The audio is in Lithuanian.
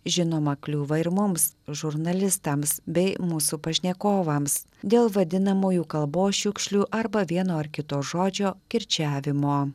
žinoma kliūva ir mums žurnalistams bei mūsų pašnekovams dėl vadinamųjų kalbos šiukšlių arba vieno ar kito žodžio kirčiavimo